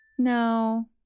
No